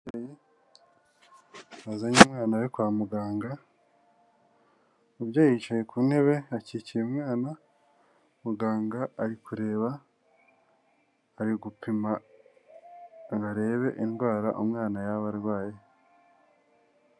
Bazanye umwana we kwa muganga mubyeyi yicaye ku ntebe akikiye umwana, muganga ari kureba, ari gupima ngo arebe indwara umwana yaba arwaye.